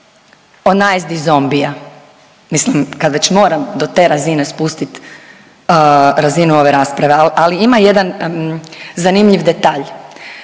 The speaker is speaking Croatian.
o najezdi zombija, mislim kad već moram do te razine spustiti razinu ove rasprave. Ali ima jedan zanimljiv detalj.